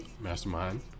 Mastermind